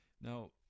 Now